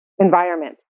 environment